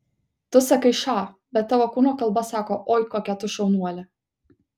tu sakai ša bet tavo kūno kalba sako oi kokia tu šaunuolė